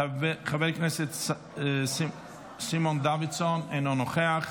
חבר הכנסת סימון דוידסון, אינו נוכח,